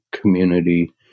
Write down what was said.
community